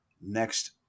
next